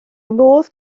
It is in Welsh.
modd